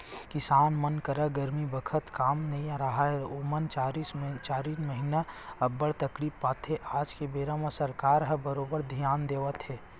किसान मन करा गरमी बखत काम नइ राहय ओमन चारिन महिना अब्बड़ तकलीफ पाथे आज के बेरा म सरकार ह बरोबर धियान देवत हे